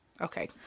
Okay